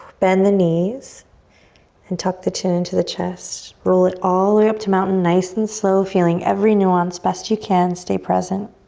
bend the knees and tuck the chin into the chest. roll it all the way up to mountain nice and slow, feeling every nuance best you can. stay present.